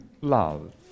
love